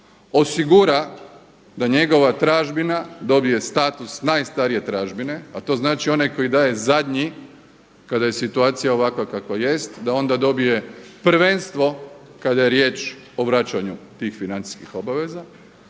osigura da njegova tražbina dobije status najstarije tražbine, a to znači onaj koji daje zadnji kada je situacija ovakva kakva jest, da onda dobije prvenstvo kada je riječ o vraćanju tih financijskih obaveza.